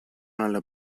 nella